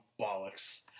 bollocks